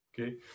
okay